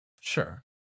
sure